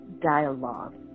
dialogue